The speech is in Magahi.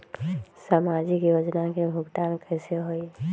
समाजिक योजना के भुगतान कैसे होई?